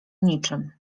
niczym